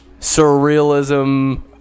surrealism